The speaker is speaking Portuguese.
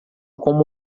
como